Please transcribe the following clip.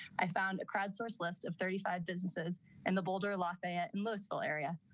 i found a crowdsource list of thirty five businesses and the boulder lafayette and lewisville area.